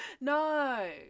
No